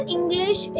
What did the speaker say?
English